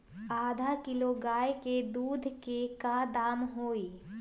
आधा किलो गाय के दूध के का दाम होई?